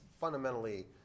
fundamentally